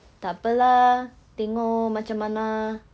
tak apa lah tengok macam mana